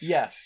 Yes